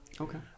Okay